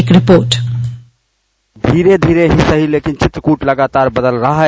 एक रिपोर्ट धीरे ही सही लेकिन चित्रकूट लगातार बदल रहा है